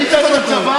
ראית את הקיפוח?